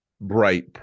bright